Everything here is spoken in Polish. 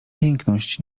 piękność